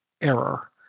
error